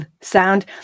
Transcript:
sound